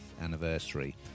anniversary